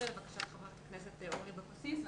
לבקשת חברת הכנסת אורלי לוי אבקסיס.